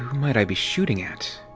might i be-shooting at?